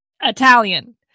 Italian